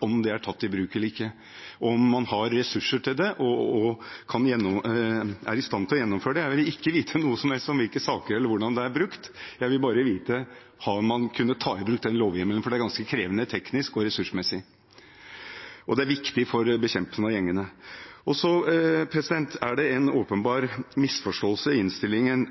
om det er tatt i bruk eller ikke, om man har ressurser til det, og om man er i stand til å gjennomføre det. Jeg vil ikke vite noe som helst om i hvilke saker eller hvordan det er brukt; jeg vil bare vite om man har kunnet ta i bruk den lovhjemmelen, for det er ganske krevende, teknisk og ressursmessig, og det er viktig for bekjempelsen av gjengene. Så er det en åpenbar misforståelse i innstillingen